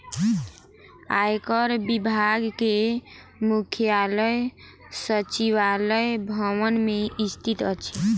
आयकर विभाग के मुख्यालय सचिवालय भवन मे स्थित अछि